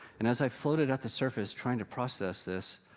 and as i floated at the surface, trying to process this,